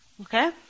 Okay